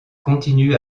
continue